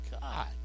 God